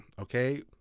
Okay